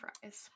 fries